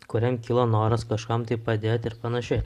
kuriam kilo noras kažkam tai padėt ir panašiai